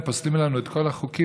הם פוסלים לנו את כל החוקים,